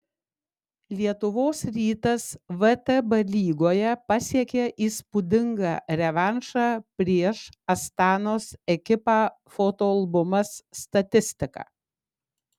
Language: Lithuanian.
lietuvos rytas vtb lygoje pasiekė įspūdingą revanšą prieš astanos ekipą fotoalbumas statistika